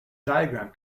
diagram